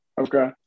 Okay